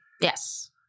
Yes